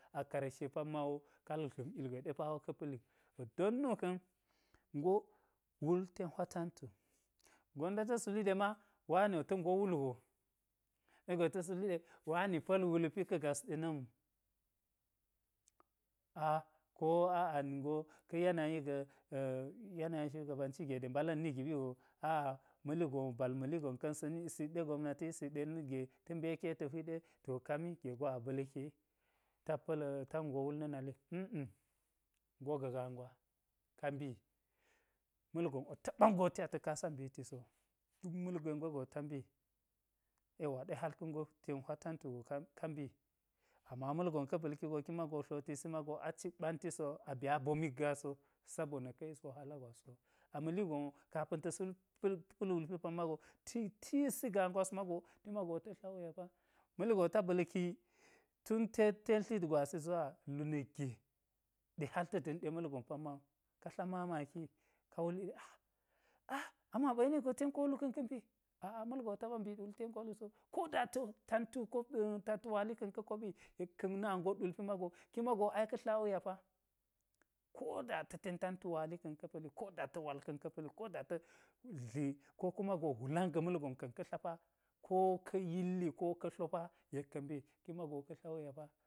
A karshe pamma wo ka luk dla̱m ugwe ɗe pawo ka̱ pa̱li to don nu ka̱n, ngo wul ten hwa tantu, gonda ta̱s wuli ɗe ma wani wo ta̱ ngo wul hwo, ɗa̱ gwe ta̱s wuliɗe wani pa̱l wulpi ka̱ gas ɗena̱m a-a- ko a-a ningo ka̱ yanayi-ga shugabanci ge ɗe mbala̱n ni giɓi go aa ma̱li gon wu bal ma̱li gon ka̱n sa̱ni sik ɗe gobnati sik ɗe na̱kge, ta mbeki yek ta hwik ɗe, to kami ge go a ba̱lki wi, tak pa̱l tak ngo wul na̱ nali a. a ngo ga̱ gaa gwa, ka mbi ma̱lgon ɓo taɓa ngoti yek ta̱ kasa mbiti so duk ma̱lgwe ngwe go ta mbi. Yauwa, ɗe hal ka̱ ngwe ten hwa tantu go ka mbi. ama ma̱lgon ka̱ ba̱lki go kimago hotisi mago aciki ɓantiso, abi a bomik gaaso, sabona̱ kayis waha gwas so, a ma̱ligon wo kapa̱n tas pa̱l wulpi pammago ti-tisi gaa gwas mago ti mago ta tla wuya pa ma̱ligon wota ba̱lki, tun tet ten tlit gwasi zuwa lu na̱kge, ɗe hal ta̱ da̱m ɗe ma̱lgon panmawu, ka tla mamaki ka wuli ɗe-aa-, a- amo ɓa yenigo ten koolu so, ko da ta̱ tantu wali ka̱n ka̱ koɓi, yek ka̱ na ngot wulpi mago ki mago ai ka̱ tla wuya pa. Ko da tu ten tantu wali ka̱n ka pa̱li ko da ta wali ka̱n ka̱ pa̱li, koda ta̱ dli, ko kuma go hwulan ga ma̱lgon ka̱n ka̱ tla pa, ko ka yilli ko ka̱ tlo pa yek ka̱ mbi ki mago tla wuya pa.